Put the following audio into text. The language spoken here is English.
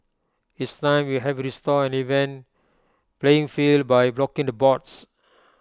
it's time we help restore an even playing field by blocking the bots